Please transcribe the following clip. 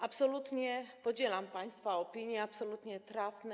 Absolutnie podzielam państwa opinie, absolutnie trafne.